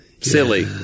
silly